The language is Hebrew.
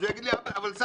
אז הוא יגיד לי אבל סבא,